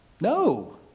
No